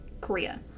Korea